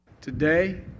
Today